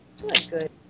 good